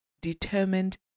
determined